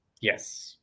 yes